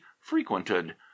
frequented